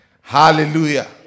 Hallelujah